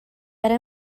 era